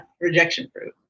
rejection-proof